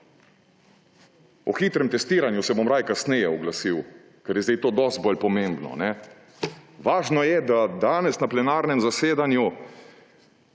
O hitrem testiranju se bom raje kasneje oglasil, ker je zdaj to dosti bolj pomembno. Važno je, da danes na plenarnem zasedanju